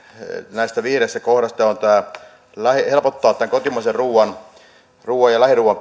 näistä viidestä kohdasta tämän kotimaisen ruuan ruuan ja lähiruuan